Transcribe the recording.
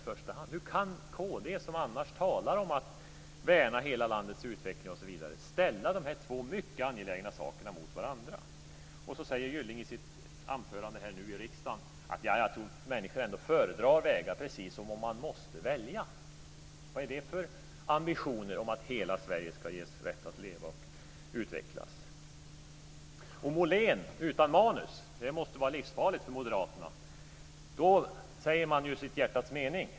Hur kan kd, som annars talar om att värna hela landets utveckling, ställa de två angelägna sakerna mot varandra? Sedan säger Gylling i sitt anförande i riksdagen att han tror att människor föredrar vägar - precis som om man måste välja! Vad är det för ambitioner om att hela Sverige ska ges rätt att leva och utvecklas? Molén utan manus måste vara livsfarlig för Moderaterna! Då säger han ju sitt hjärtas mening.